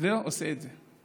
ועושה את זה.